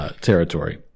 territory